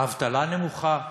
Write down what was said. האבטלה נמוכה,